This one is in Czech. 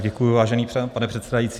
Děkuji, vážený pane předsedající.